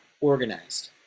organized